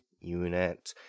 unit